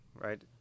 right